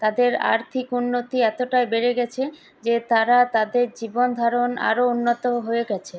তাদের আর্থিক উন্নতি এতোটা বেড়ে গেছে যে তারা তাদের জীবন ধারণ আরও উন্নত হয়ে গেছে